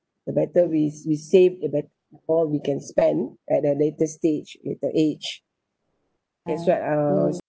the better we we save the better we can spend at that later stage with the age that's what uh